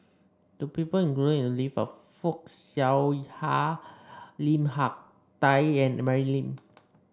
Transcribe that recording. the people included in the list are Fock Siew Hak Lim Hak Tai and Mary Lim